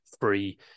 free